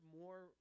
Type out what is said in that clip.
more